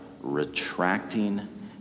retracting